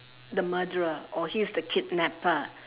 the murderer or he is the kidnapper